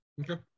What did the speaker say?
Okay